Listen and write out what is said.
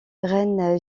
reine